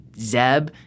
Zeb